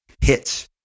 hits